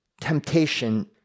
temptation